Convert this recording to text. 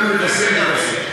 אתם נכנסים, תיכנסו.